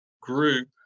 group